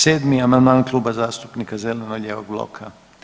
7. amandman Kluba zastupnika zeleno-lijevog bloka.